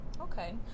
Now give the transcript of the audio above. Okay